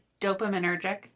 dopaminergic